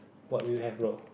what would you have bro